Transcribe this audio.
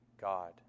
God